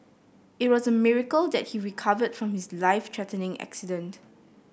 it was a miracle that he recovered from his life threatening accident